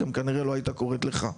כנראה גם לא הייתה קורית לך.